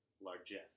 largesse